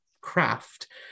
craft